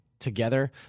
Together